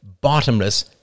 bottomless